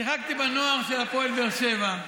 שיחקתי בנוער של הפועל באר שבע.